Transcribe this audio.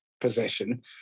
position